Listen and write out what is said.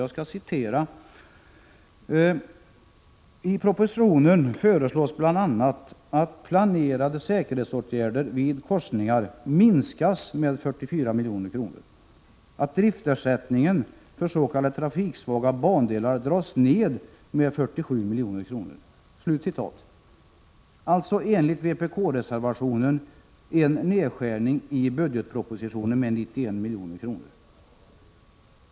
Jag citerar: ”I propositionen föreslås bl.a. ——— att planerade säkerhetsåtgärder vid korsningar minskas med 44 milj.kr., att driftersättningen för s.k. trafiksvaga bandelar dras ned med 47 milj.kr. Enligt vpk-reservationen är det en nedskärning i budgetpropositionen med 91 milj.kr.